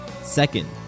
Second